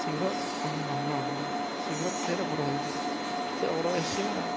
ଶୀଘ୍ର ହଁ ହଁ ହଁ ଶୀଘ୍ର ପଠାଇଲେ ଭଲ ହୁଅନ୍ତା ସେ ଅର୍ଡ଼ର ଆସିଛି ନା